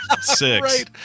six